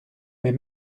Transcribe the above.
mes